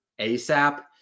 ASAP